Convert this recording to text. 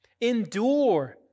Endure